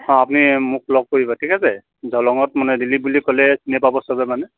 অঁ আপুনি মোক লগ কৰিব ঠিক আছে ঝলঙত মানে দিলীপ বুলি ক'লে চিনি পাব চবে মানে